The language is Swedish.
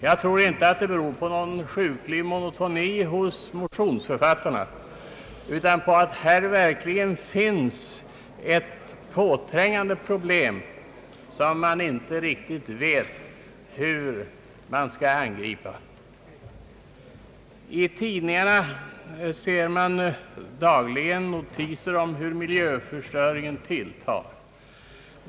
Jag tror att det beror inte på någon sjuklig monotoni hos motionsförfattarna utan på att här verkligen finns ett påträngande problem, som man inte riktigt vet hur man skall angripa. I tidningarna ser vi dagligen notiser om hur miljöförstöringen tilltar.